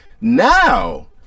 Now